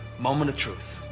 moment of truth.